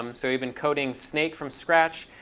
um so we've been coding snake from scratch.